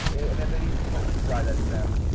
and if they need support we provide that to them.